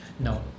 No